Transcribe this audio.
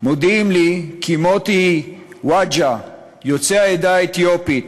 מודיעים לי כי מוטי וודג'ה, יוצא העדה האתיופית,